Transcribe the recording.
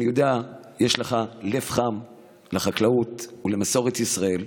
אני יודע יש לך לב חם לחקלאות ולמסורת ישראל,